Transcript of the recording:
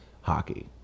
hockey